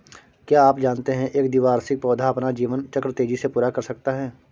क्या आप जानते है एक द्विवार्षिक पौधा अपना जीवन चक्र तेजी से पूरा कर सकता है?